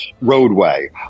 roadway